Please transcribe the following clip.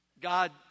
God